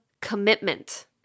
commitment